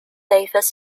davis